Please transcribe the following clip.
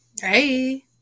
Hey